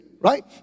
right